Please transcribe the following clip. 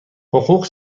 حقوق